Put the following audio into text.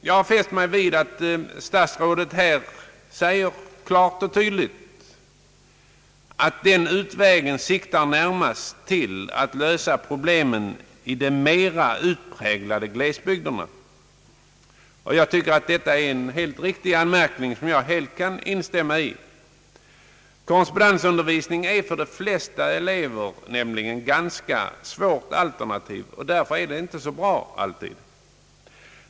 Jag har fäst mig vid att statsrådet tydligt och klart säger att den utvägen närmast siktar till att lösa undervisningsproblemen i de mera upräglade glesbygderna. Jag tycker att detta är en helt riktig anmärkning, som jag kan instämma i. Korrespondensundervisningen är nämligen för de flesta elever ett ganska svårt och därför inte alltid särskilt bra alternativ till den konventionella typen av undervisning.